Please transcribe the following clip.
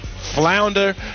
Flounder